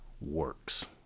works